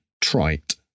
trite